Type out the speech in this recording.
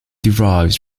derives